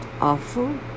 awful